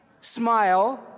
smile